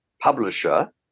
publisher